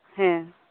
ᱦᱮᱸ